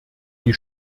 die